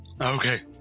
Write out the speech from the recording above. Okay